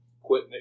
quit